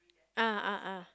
ah ah ah